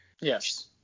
yes